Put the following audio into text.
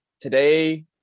today